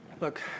Look